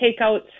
takeout